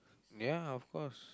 ya of course